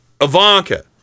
Ivanka